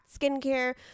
skincare